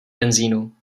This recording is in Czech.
benzínu